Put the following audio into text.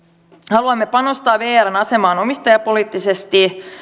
haluamme panostaa vrn asemaan omistajapoliittisesti